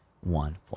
one